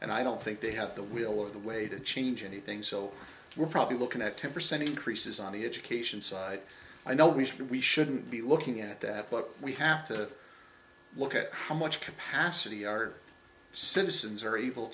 and i don't think they have the will of the way to change anything so we're probably looking at ten percent increases on the education side i know we should we shouldn't be looking at that but we have to look at how much capacity our citizens are able